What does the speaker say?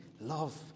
Love